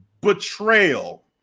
Betrayal